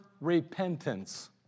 repentance